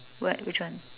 what which one